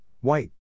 white